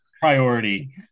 priority